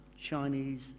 Chinese